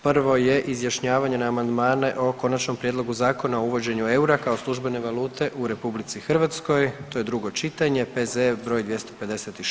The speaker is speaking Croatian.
Prvo je izjašnjavanje na amandmane o Konačni prijedlog Zakona o uvođenju eura kao službene valute u RH, to je drugo čitanje, P.Z.E. br. 256.